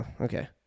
Okay